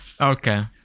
okay